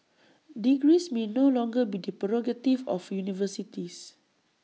degrees may no longer be the prerogative of universities